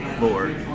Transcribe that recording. Lord